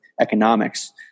economics